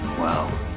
Wow